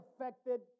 affected